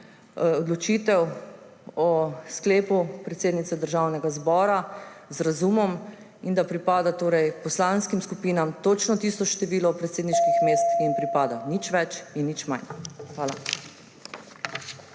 odločitev o sklepu predsednice Državnega zbora z razumom, da pripada poslanskim skupinam točno tisto število predsedniških mest, ki jim pripada. Nič več in nič manj. Hvala.